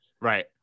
right